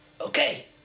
Okay